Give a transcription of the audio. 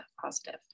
positive